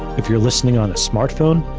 if you're listening on a smartphone,